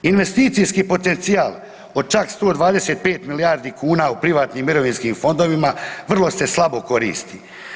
Investicijski potencijal od čak 125 milijardi kuna u privatnim mirovinskim fondovima vrlo se slabo koristi.